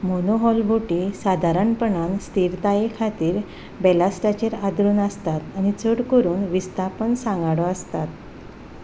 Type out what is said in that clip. monohull बोटी सादारणपणान स्थिरताये खातीर बॅलास्टाचेर आदरून आसतात आनी चड करून विस्थापन सांगाडो आसतात